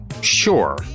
sure